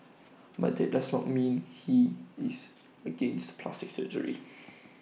but that does not mean he is against plastic surgery